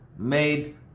made